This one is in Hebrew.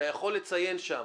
אתה יכול לציין שם